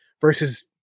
versus –